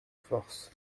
force